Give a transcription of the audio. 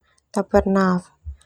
Tah pernah.